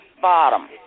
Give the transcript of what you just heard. bottom